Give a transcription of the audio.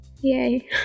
Yay